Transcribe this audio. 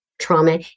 trauma